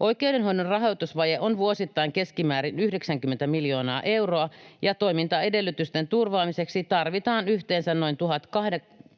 Oikeudenhoidon rahoitusvaje on vuosittain keskimäärin 90 miljoonaa euroa, ja toimintaedellytysten turvaamiseksi tarvitaan yhteensä noin 1 200